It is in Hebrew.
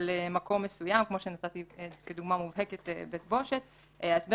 מקום מסוים כמו שנתתי כדוגמה מובהקת בית בושת ההסבר